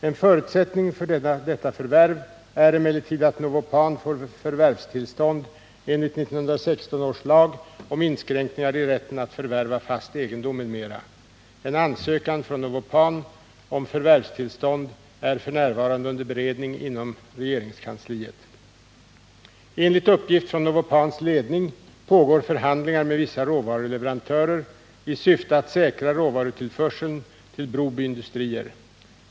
En förutsättning för detta förvärv är emellertid att Novopan får förvärvstillstånd enligt 1916 års lag om inskränkningar i rätten att förvärva fast egendom m.m. En ansökan från Novopan om förvärvstillstånd är f. n. under beredning inom regeringskansliet. Enligt uppgifter från Novopans ledning pågår förhandlingar med vissa råvaruleverantörer i syfte att säkra råvarutillförseln till Broby Industrier.